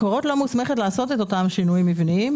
מקורות לא מוסמכת לעשות את אותם שינויים מבניים.